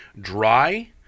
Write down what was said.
dry